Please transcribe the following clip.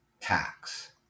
tax